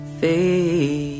Faith